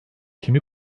kimi